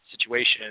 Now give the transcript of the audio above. situation